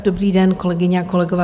Dobrý den, kolegyně a kolegové.